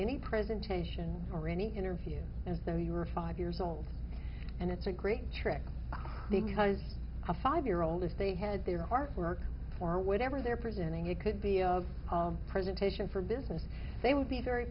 any presentation or any interview and so you were five years old and it's a great trick because a five year old if they had their artwork for whatever their presenting it could be of presentation for business they would be very